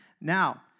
Now